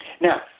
Now